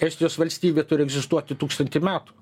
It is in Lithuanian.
estijos valstybė turi egzistuoti tūkstantį metų